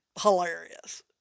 hilarious